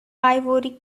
ivory